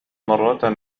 مرة